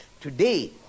Today